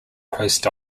post